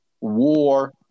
war